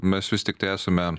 mes vis tiktai esame